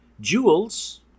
Jewels